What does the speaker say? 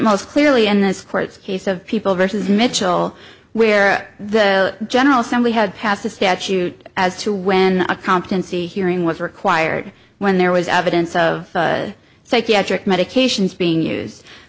most clearly in this court's case of people versus mitchell where the general assembly had passed a statute as to when a competency hearing was required when there was evidence of psychiatric medications being use